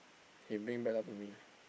he bring bad luck to me